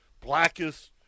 blackest